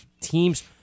teams